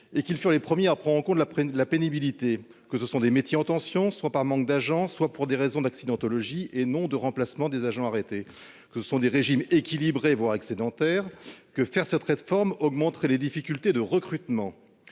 pionniers furent les premiers à prendre en compte la pénibilité, qu'ils s'appliquent à des métiers en tension, soit du fait d'un manque d'agents, soit pour des raisons d'accidentologie et non de remplacement des agents arrêtés. Vous avez ajouté que ces régimes sont équilibrés, voire excédentaires, et que cette réforme augmenterait les difficultés de recrutement.